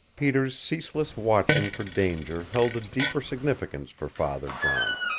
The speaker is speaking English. peter's ceaseless watching for danger held a deeper significance for father john.